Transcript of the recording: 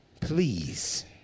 please